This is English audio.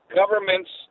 government's